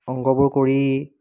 অংকবোৰ কৰি